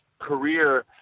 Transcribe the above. career